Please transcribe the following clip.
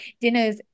dinner's